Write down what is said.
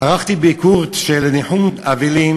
ערכתי ביקור ניחום אבלים